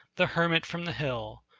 the hermit from the hill,